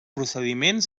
procediment